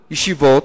ישיבות.